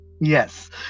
Yes